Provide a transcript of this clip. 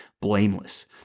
blameless